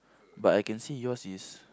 but I can see yours is